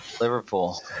Liverpool